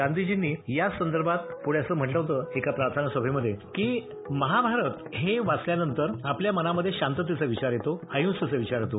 गांधीजींनी या संदर्भात पूढे असं म्हटलं होतं एका प्रार्थना सभेमधे की महाभारत हे वाचल्यानंतर आपल्या मनामधे शांततेचा विचार येतो अहिंसेचा विचार येतो